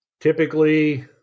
typically